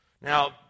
Now